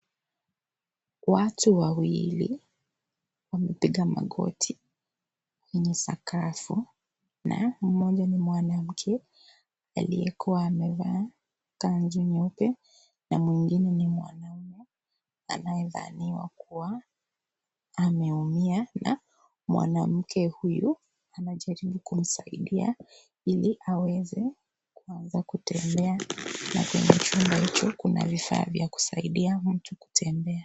Watu wawili wamepiga magoti kwenye sakafu na mmoja ni mwanamke aliyekuwa amevaa kanzu nyeupe na mwingine ni mwanaume anayedhaniwa kuwa ameumia na mwanamke huyu anajaribu kumsaidia ili aweze kuanza kutembea na kwenye chumba hicho kuna vifaa vya kusaidia mtu kutembea.